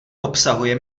obsahuje